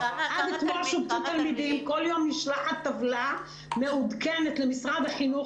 כל יום נשלחת טבלה מעודכנת למשרד החינוך